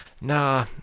Nah